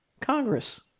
Congress